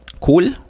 Cool